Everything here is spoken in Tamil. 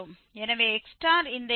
எனவே x இந்த fx0 சமன்பாட்டின் ரூட்